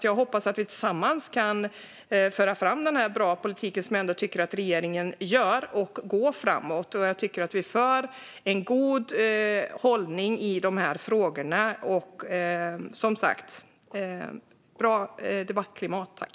Jag hoppas att vi tillsammans kan föra fram den politik som är bra och som jag ändå tycker att regeringen driver. Vi går framåt, och jag tycker att vi har en god hållning i de här frågorna. Och som sagt: Ett bra debattklimat, tack!